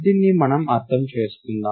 దీన్ని మనం అర్థం చేసుకుందాం